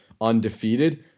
undefeated